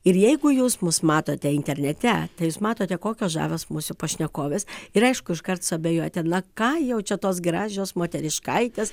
ir jeigu jūs mus matote internete tai jūs matote kokios žavios mūsų pašnekovės ir aišku iškart suabejojote na ką jau čia tos gražios moteriškaitės